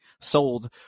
sold